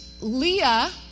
Leah